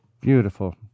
beautiful